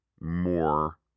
more